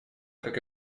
как